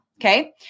Okay